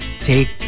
take